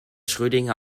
schrödinger